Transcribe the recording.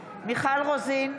מיכל רוזין,